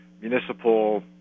municipal